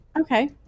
Okay